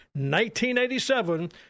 1987